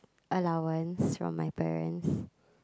allowance from my parents